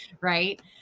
right